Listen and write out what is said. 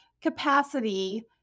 capacity